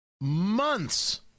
months